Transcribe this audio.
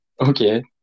okay